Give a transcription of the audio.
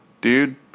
dude